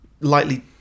lightly